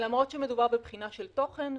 למרות שמדובר בבחינה של תוכן,